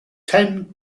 ten